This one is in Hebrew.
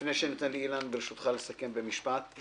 לפני שאתן לאילן גילאון לסכם במשפט,